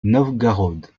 novgorod